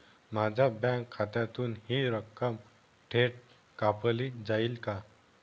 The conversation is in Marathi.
माझ्या बँक खात्यातून हि रक्कम थेट कापली जाईल का?